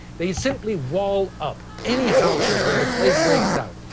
they simply wall up any houses where the plague breaks out,